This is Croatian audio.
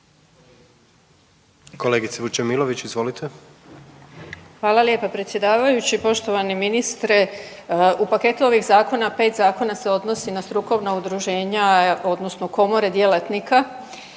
(Hrvatski suverenisti)** Hvala lijepa predsjedavajući. Poštovani ministre u paketu ovih zakona 5 zakona se odnosi na strukovna udruženja odnosno komore djelatnika